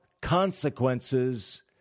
consequences